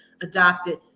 adopted